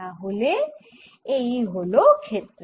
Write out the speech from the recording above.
তাহলে এই হল ক্ষেত্র